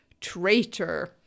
Traitor